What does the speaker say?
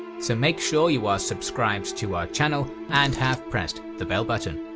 so make sure you are subscribed to our channel and have pressed the bell button.